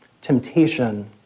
temptation